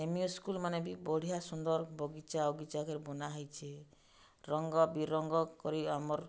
M E ସ୍କୁଲ୍ମାନେ ବି ବଢ଼ିଆ ସୁନ୍ଦର୍ ବଗିଚା ବଗିଚା କରି ବନା ହେଇଛେ ରଙ୍ଗ ବିରଙ୍ଗ କରି ଆମର୍